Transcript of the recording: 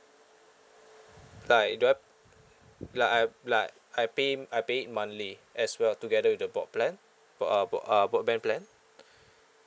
like do I like I like I pay I pay it monthly as well together with the broad plan uh broad uh broadband plan